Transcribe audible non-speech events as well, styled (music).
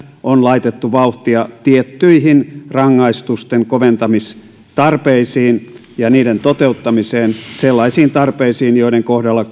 on laitettu vauhtia tiettyihin rangaistusten koventamistarpeisiin ja niiden toteuttamiseen sellaisiin tarpeisiin joiden kohdalla (unintelligible)